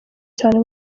cyane